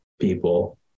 people